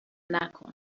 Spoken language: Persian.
نکن